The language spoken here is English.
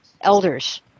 elders